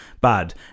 Bad